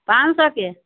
पाँच सए के